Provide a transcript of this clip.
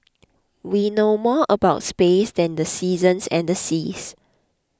we know more about space than the seasons and the seas